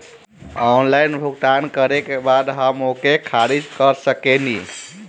Online भुगतान करे के बाद हम ओके खारिज कर सकेनि?